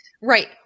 right